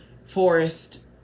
forest